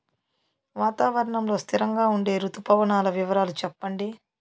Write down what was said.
వాతావరణం లో స్థిరంగా ఉండే రుతు పవనాల వివరాలు చెప్పండి?